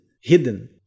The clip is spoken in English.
hidden